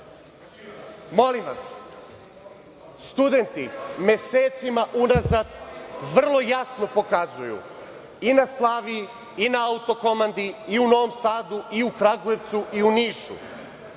vas, studenti mesecima unazad vrlo jasno pokazuju i na Slaviji, i na Autokomandi, i u Novom Sadu, i u Kragujevcu i u Nišu,